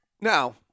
now